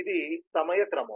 ఇది సమయ క్రమం